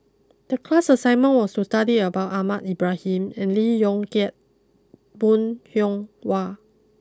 the class assignment was to study about Ahmad Ibrahim and Lee Yong Kiat Bong Hiong Hwa